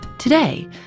Today